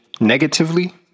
negatively